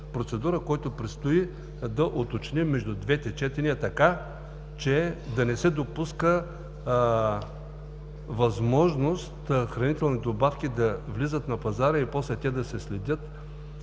процедура, която предстои да уточним между двете четения, така че да не се допуска възможност хранителни добавки да влизат на пазара и после да се следят